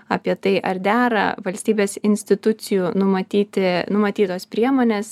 apie tai ar dera valstybės institucijų numatyti numatytos priemonės